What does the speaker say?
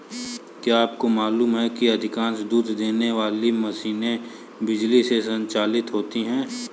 क्या आपको मालूम है कि अधिकांश दूध देने वाली मशीनें बिजली से संचालित होती हैं?